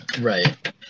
Right